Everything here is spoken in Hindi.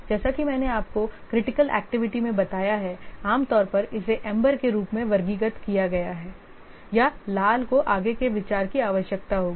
जैसा कि मैंने आपको क्रिटिकल एक्टिविटी में बताया है आम तौर पर इसे एम्बर के रूप में वर्गीकृत किया जाता है या लाल को आगे के विचार की आवश्यकता होगी